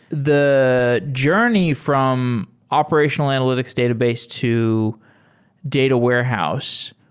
the journey from operational analytics database to data warehouse,